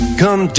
come